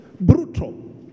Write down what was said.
brutal